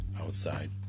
outside